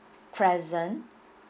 crescent